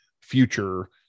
future